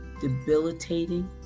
debilitating